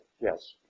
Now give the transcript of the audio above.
yes